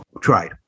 tried